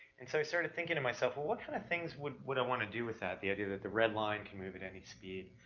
and so i started thinking to myself, well what kind of things would, would i wanna do with that, the idea that the red line can move at any speed,